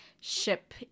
ship